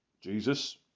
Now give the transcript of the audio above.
Jesus